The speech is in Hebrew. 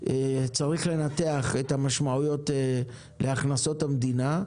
צריך לנתח את המשמעויות להכנסות המדינה,